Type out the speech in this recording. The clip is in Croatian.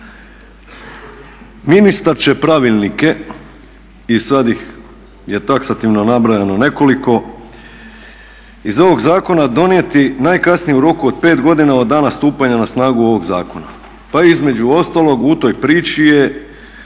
ministar će pravilnike i sada ih je taksativno nabrojano nekoliko, iz ovoga zakona donijeti najkasnije u roku od 5 godina od dana stupanja na snagu ovog zakona. Pa između ostalog u toj priči je